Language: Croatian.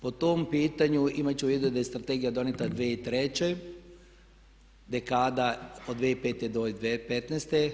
Po tom pitanju imat ću u vidu da je Strategija donijeta 2003. dekada od 2005. do 2015.